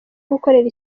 gukorera